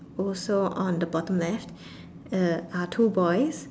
also on the bottom left uh are two boys